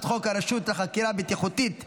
חוק הרשות לחקירה בטיחותית בתעופה,